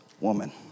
woman